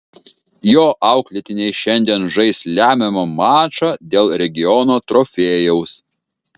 jo auklėtiniai šiandien žais lemiamą mačą dėl regiono trofėjaus